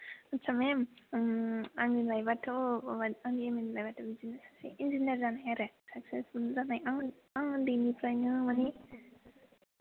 आस्सा मेम आंनि मायबाथ' मोन आंनि ऐम लायेब आथ' बिदिनो बे सासे इनजिनियार जानाय आरो साकसेसफुल जानाय आं आं उनदैनिफ्रायनो माने